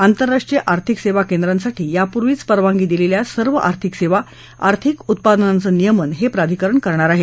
आंतरराष्ट्रीय आर्थिक सेवा केंद्रांसाठी यापूर्वीच परवानगी दिलेल्या सर्व आर्थिक सेवा आर्थिक उत्पादनांच नियमन हे प्राधिकरण करणार आहे